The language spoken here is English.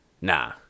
nah